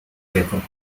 wirkung